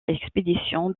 expédition